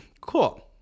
cool